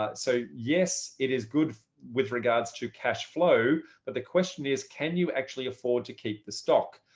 ah so yes, it is good with regards to cash flow. but the question is, can you actually afford to keep the stock.